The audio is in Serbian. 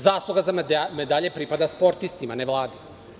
Zasluga za medalje pripada sportistima ne vladi.